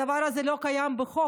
הדבר הזה לא קיים בחוק.